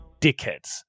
dickheads